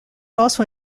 also